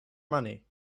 money